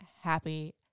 happy